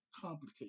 complicated